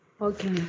Okay